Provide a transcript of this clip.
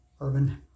Urban